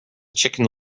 chicken